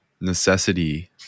necessity